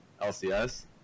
LCS